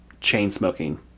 chain-smoking